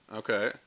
okay